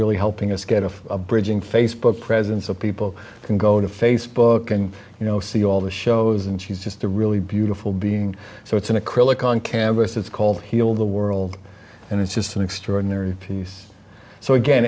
really helping us get a bridging facebook presence of people can go to facebook and you know see all the shows and she's just a really beautiful being so it's an acrylic on canvas it's called heal the world and it's just an extraordinary piece so again